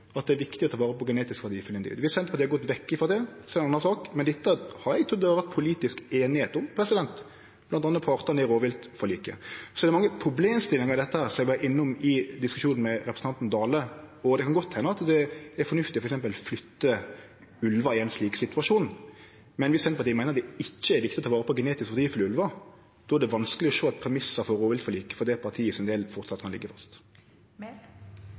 har gått vekk frå det, er det ei anna sak, men dette har eg trudd det har vore politisk einigheit om, bl.a. hos partane i rovviltforliket. Det er mange problemstillingar i dette, som eg var innom i diskusjonen med representanten Dale, og det kan godt hende at det er fornuftig å flytte ulvar i ein slik situasjon, men viss Senterpartiet meiner at det ikkje er viktig å ta vare på genetisk verdifulle ulvar, er det vanskeleg å sjå at premissane for rovviltforliket, for det partiet sin del, framleis kan